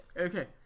Okay